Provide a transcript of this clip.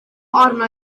arna